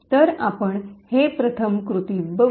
तर आपण हे प्रथम कृतीत बघू